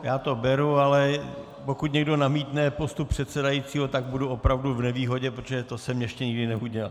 Já to beru, ale pokud někdo namítne postup předsedajícího, tak budu opravdu v nevýhodě, protože to jsem ještě nikdy neudělal.